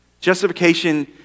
Justification